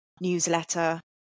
newsletter